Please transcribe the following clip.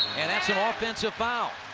and that's an ah offensive foul.